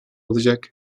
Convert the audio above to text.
alacak